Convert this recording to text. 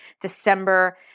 December